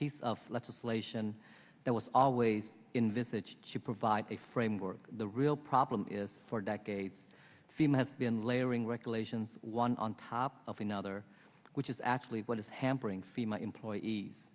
piece of legislation that was always in visage to provide a framework the real problem is for decades female has been layering regulations one on top of another which is actually what is hampering female employees